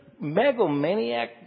megalomaniac